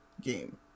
game